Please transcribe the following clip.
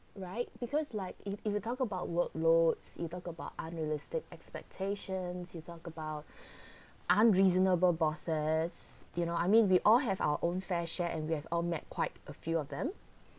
right because like if if you talk about workloads you talk about unrealistic expectations you talk about unreasonable bosses you know I mean we all have our own fair share and we have all met quite a few of them